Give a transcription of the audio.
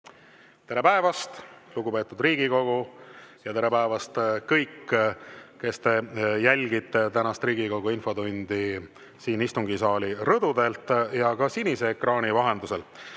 Tere päevast, lugupeetud Riigikogu! Tere päevast, kõik, kes te jälgite tänast Riigikogu infotundi siin istungisaali rõdudel ja ka sinise ekraani vahendusel!